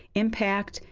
impact,